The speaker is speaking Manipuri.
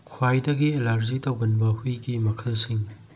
ꯈ꯭ꯋꯥꯏꯗꯒꯤ ꯑꯦꯂꯥꯔꯖꯤ ꯇꯧꯒꯟꯕ ꯍꯨꯏꯒꯤ ꯃꯈꯜꯁꯤꯡ